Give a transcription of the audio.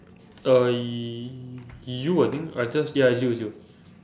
uh I you I think I just ya it's you it's you